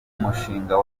mushinga